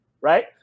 Right